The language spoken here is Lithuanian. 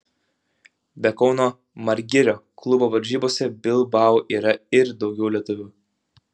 be kauno margirio klubo varžybose bilbao yra ir daugiau lietuvių